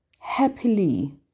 happily